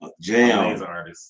Jam